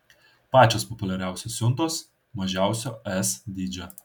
pačios populiariausios siuntos mažiausio s dydžio